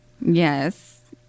Yes